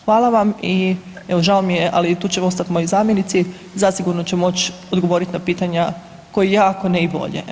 Hvala vam i, evo, žao mi je, ali tu će ostati moji zamjenici, zasigurno će moći odgovoriti na pitanja kao i ja, ako ne i bolje.